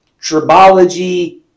tribology